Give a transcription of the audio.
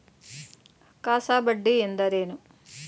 CASA ಬಡ್ಡಿ ಎಂದರೇನು?